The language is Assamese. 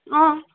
অ